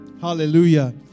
hallelujah